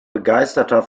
begeisterter